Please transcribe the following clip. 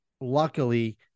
luckily